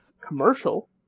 commercial